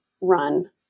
run